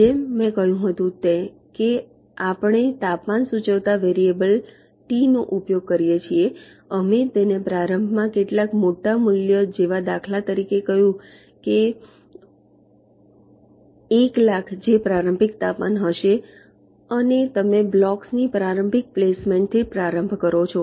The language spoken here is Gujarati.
જેમ મેં કહ્યું હતું કે આપણે તાપમાન સૂચવતા વેરિયેબલ ટી નો ઉપયોગ કરીએ છીએ અમે તેને પ્રારંભમાં કેટલાક મોટા મૂલ્ય જેવા દાખલા તરીકે કહ્યું હતું કે 100000 જે પ્રારંભિક તાપમાન હશે અને તમે બ્લોક્સ ની પ્રારંભિક પ્લેસમેન્ટ થી પ્રારંભ કરો